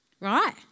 Right